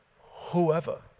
whoever